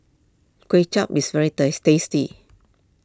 Kuay Chap is very tasty